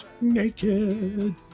naked